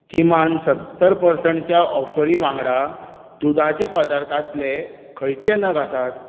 किमान सत्तर परसँटच्या ऑफरी वांगडा दुदाचे पदार्थांतले खंयचे नग आसात